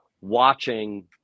watching